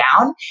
down